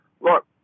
Look